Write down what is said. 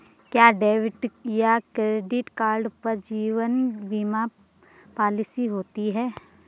क्या डेबिट या credit card पर जीवन बीमा पॉलिसी होती है?